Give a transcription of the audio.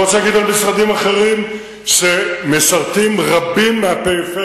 אני לא רוצה להגיד על משרדים אחרים שמשרתים בהם רבים מהפריפריה,